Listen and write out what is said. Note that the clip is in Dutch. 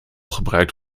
gebruikt